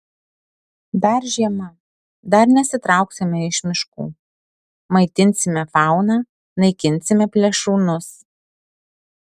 dar žiema dar nesitrauksime iš miškų maitinsime fauną naikinsime plėšrūnus